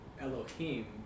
Elohim